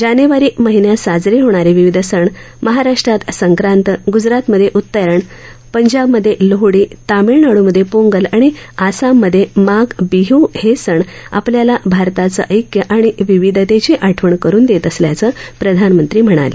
जानेवारी महिन्यात साजरे होणारे विविध सण महाराष्ट्रात संक्रांत ग्जरातमध्ये उतरायण पंजाबमध्ये लोहझी तामिळनाडूमध्ये पोंगल आणि आसाममध्ये माघ बिह हे सण आपल्याला भारताचं ऐक्य आणि विविधतेची आठवण करून देत असल्याचं प्रधानमंत्री म्हणाले